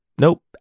nope